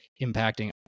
impacting